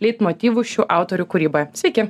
leitmotyvu šių autorių kūryboje sveiki